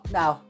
now